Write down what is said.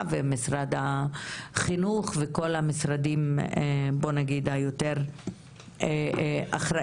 ומשרד החינוך וכל המשרדים שאפשר להגיד שהם יותר אחראיים